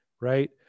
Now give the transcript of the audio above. right